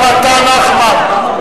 גם אתה, נחמן?